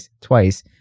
twice